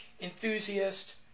enthusiast